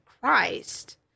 Christ